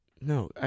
No